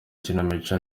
ikinamico